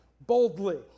boldly